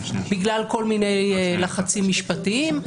בגלל כל מיני לחצים משפטיים.